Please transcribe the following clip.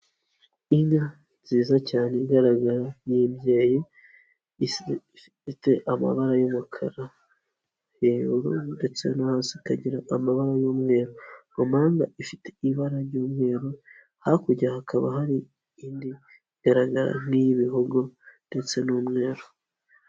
Inka nziza cyane igaragara y'imbyeyi, ifite amabara y'umukara, hejuru ndetse no hasi ikagira amabara y'umweru, ku mpanga ifite ibara ry'umweru, hakurya hakaba hari indi igaragara nk'iy'ibihogo ndetse n'umweru.